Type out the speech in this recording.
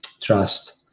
trust